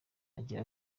agira